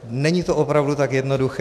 Není to opravdu tak jednoduché.